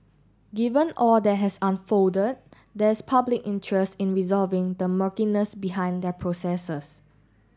given all that has unfolded there's public interest in resolving the murkiness behind their processes